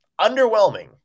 Underwhelming